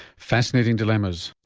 fascinating dilemmas.